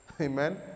Amen